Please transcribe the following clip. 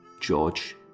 George